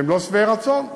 שהם לא שבעי רצון,